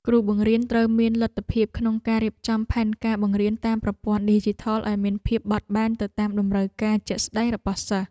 គ្រូបង្រៀនត្រូវមានលទ្ធភាពក្នុងការរៀបចំផែនការបង្រៀនតាមប្រព័ន្ធឌីជីថលឱ្យមានភាពបត់បែនទៅតាមតម្រូវការជាក់ស្តែងរបស់សិស្ស។